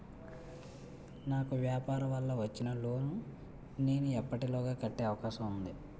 నాకు వ్యాపార వల్ల వచ్చిన లోన్ నీ ఎప్పటిలోగా కట్టే అవకాశం ఉంది?